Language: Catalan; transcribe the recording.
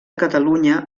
catalunya